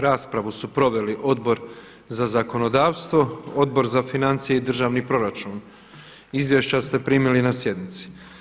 Raspravu su proveli Odbor za zakonodavstvo, Odbor za financije i državni proračun, izvješća ste primili na sjednici.